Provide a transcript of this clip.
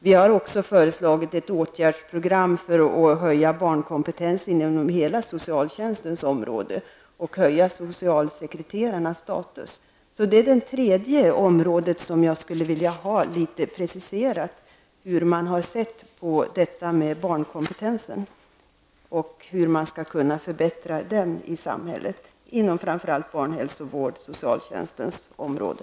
Vi har också föreslagit ett åtgärdsprogram för att höja barnkompetensen inom hela socialtjänstens område. Vi vill också höja socialsekreterarnas status. Det är det tredje område på vilket jag vill få preciserat hur man ser på frågan om barnkompetensen och hur den skall kunna förbättras i samhället, framför allt inom barnhälsovården och socialtjänstens område.